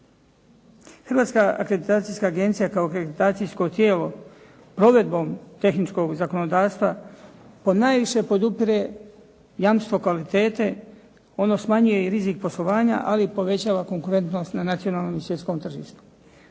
Hrvatska akreditacijska agencija kao akreditacijsko tijelo provedbom tehničkog zakonodavstva ponajviše podupire jamstvo kvalitete, ono smanjuje i rizik poslovanja, ali povećava konkurentnost na nacionalnom i svjetskom tržištu.